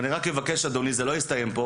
אדוני, אני מבקש שזה לא יסתיים פה